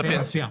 קרנות הפנסיה.